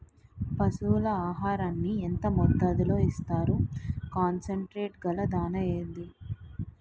పశువుల ఆహారాన్ని యెంత మోతాదులో ఇస్తారు? కాన్సన్ ట్రీట్ గల దాణ ఏంటి?